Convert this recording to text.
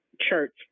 church